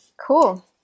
Cool